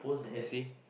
you see